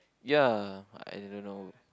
ya I don't know